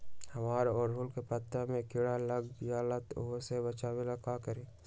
हमरा ओरहुल के पत्ता में किरा लग जाला वो से बचाबे ला का करी?